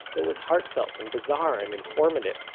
that was heartfelt, and bizarre, and informative.